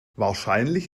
wahrscheinlich